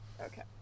Okay